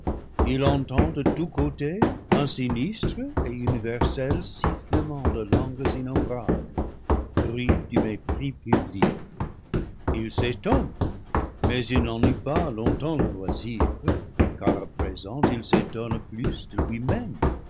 il entend de tous côtés un sinistre et universel sifflement de langues innombrables bruit du mépris public il s'étonne mais il n'en eut pas longtemps le loisir car à présent il s'étonne plus de lui-même